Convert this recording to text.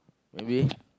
maybe